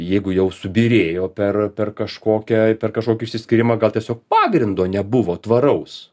jeigu jau subyrėjo per per kažkokią per kažkokį išsiskyrimą gal tiesiog pagrindo nebuvo tvaraus